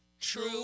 True